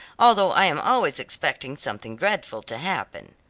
although i am always expecting something dreadful to happen.